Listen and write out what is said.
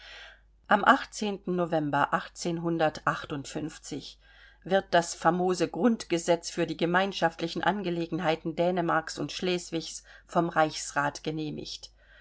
am november wird das famose grundgesetz für die gemeinschaftlichen angelegenheiten dänemarks und schleswigs vom reichsrat genehmigt